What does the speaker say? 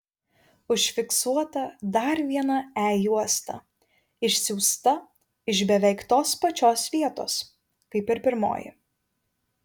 užfiksuota dar viena e juosta išsiųsta iš beveik tos pačios vietos kaip ir pirmoji